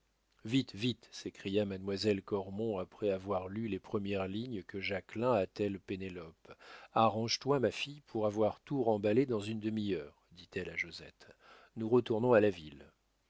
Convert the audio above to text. vite vite s'écria mademoiselle cormon après avoir lu les premières lignes que jacquelin attelle pénélope arrange-toi ma fille pour avoir tout remballé dans une demi-heure dit-elle à josette nous retournons à la ville